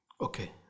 Okay